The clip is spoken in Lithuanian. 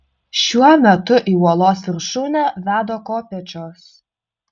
šiuo metu į uolos viršūnę veda kopėčios